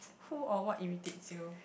who or what irritates you